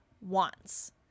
wants